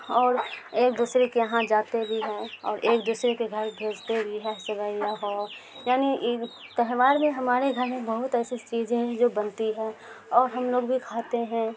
اور ایک دوسرے کے یہاں جاتے بھی ہیں اور ایک دوسرے کے گھر بھیجتے بھی ہے سویا ہو یعنی ای تہوار میں ہمارے گھر میں بہت ایسی چیزیں ہیں جو بنتی ہے اور ہم لوگ بھی کھاتے ہیں